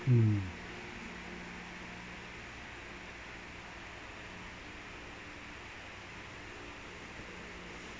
mm